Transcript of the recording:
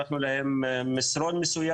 מסרון,